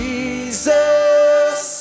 Jesus